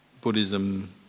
Buddhism